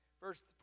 Verse